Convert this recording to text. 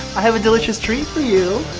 i have a delicious treat for you!